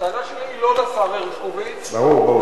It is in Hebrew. הטענה שלי היא לא לשר הרשקוביץ, ברור, ברור.